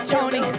Tony